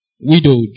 Widowed